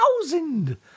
thousand